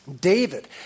David